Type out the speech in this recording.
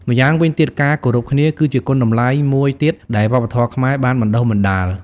ម្យ៉ាងវិញទៀត ការគោរពគ្នា គឺជាគុណតម្លៃមួយទៀតដែលវប្បធម៌ខ្មែរបានបណ្តុះបណ្ណាល។